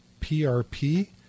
PRP